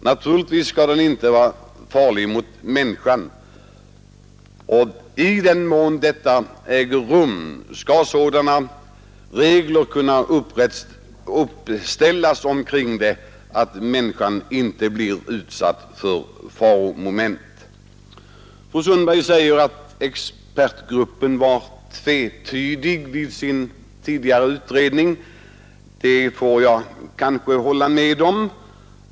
Naturligtvis skall giftet inte vara farligt för människan. I den mån besprutning äger rum skall sådana regler kunna uppställas att människan inte blir utsatt för faromoment. Fru Sundberg säger att expertgruppens tidigare utredning var tvetydig, och det får jag kanske hålla med om.